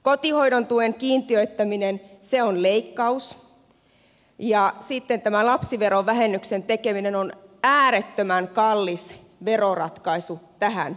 kotihoidon tuen kiintiöittäminen on leikkaus ja tämä lapsiverovähennyksen tekeminen on äärettömän kallis veroratkaisu tähän saumaan